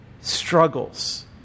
struggles